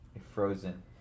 frozen